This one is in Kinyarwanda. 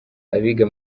abiga